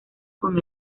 con